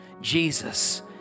Jesus